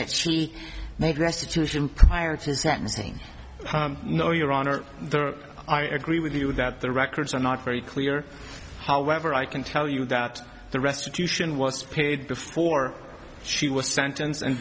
that she make restitution prior to sentencing no your honor i agree with you that the records are not very clear however i can tell you that the restitution was paid before she was sentenced and